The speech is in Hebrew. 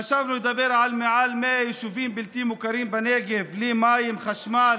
חשבנו לדבר על 100 יישובים בלתי מוכרים בנגב בלי מים וחשמל,